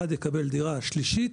אחד יקבל דירה שלישית,